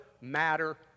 matter